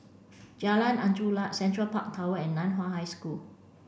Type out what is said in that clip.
Jalan Angin Laut Central Park Tower and Nan Hua High School